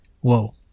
Whoa